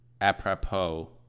apropos